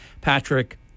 Patrick